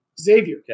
Xavier